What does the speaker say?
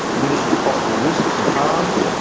diminishes possible risks and harms,